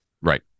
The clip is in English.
Right